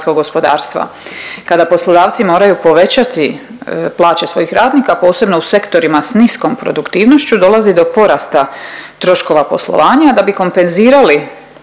Kada poslodavci moraju povećati plaće svojih radnika, a posebno u sektorima s niskom produktivnošću, dolazi do porasta troškova poslovanja. Da bi kompenzirali